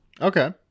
Okay